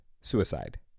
suicide